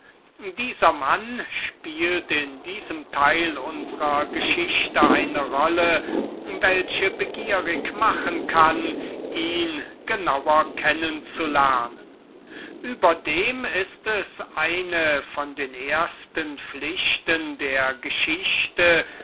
dieser mann spielt in diesem stück unsrer geschichte eine rolle welche begierig machen kann ihn näher kennen zu lernen und über dem ist es eine von den geheiligten pflichten der geschichte